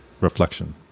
reflection